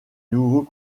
nouveaux